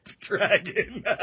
dragon